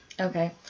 Okay